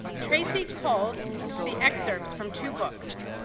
tracy culled the excerpts from two books,